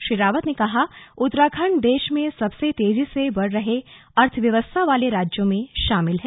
श्री रावत ने कहा कि उत्तराखण्ड देश में सबसे तेजी से बढ़ रहे अर्थव्यवस्था वाले राज्यों में शामिल है